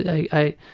i